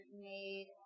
made